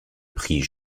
prix